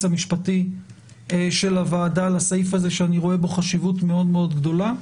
המשפטי של הוועדה לסעיף הזה שאני רואה בו חשיבות מאוד גדולה,